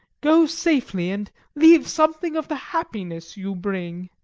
go safely and leave something of the happiness you bring!